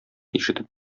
ишетеп